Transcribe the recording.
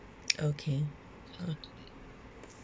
okay all right